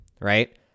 right